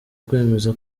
kwemeza